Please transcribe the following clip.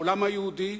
העולם היהודי,